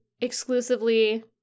exclusively